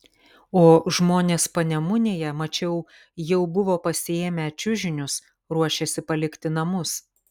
o žmonės panemunėje mačiau jau buvo pasiėmę čiužinius ruošėsi palikti namus